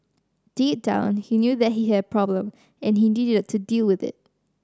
deep down he knew that he had a problem and he needed to deal with it